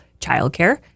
childcare